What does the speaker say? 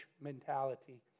mentality